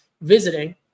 visiting